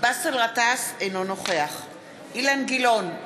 באסל גטאס, אינו נוכח אילן גילאון,